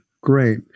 great